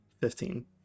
Fifteen